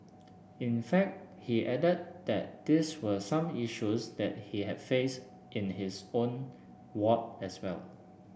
in fact he added that these were some issues that he have faced in his own ward as well